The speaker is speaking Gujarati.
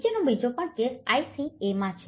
નીચેનો બીજો કેસ પણ Ica માં